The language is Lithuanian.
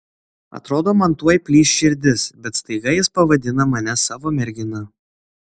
atrodo man tuoj plyš širdis bet staiga jis pavadina mane savo mergina